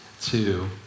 two